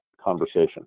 conversation